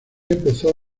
empezó